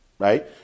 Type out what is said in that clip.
right